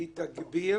היא תגביר